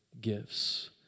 gifts